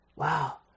Wow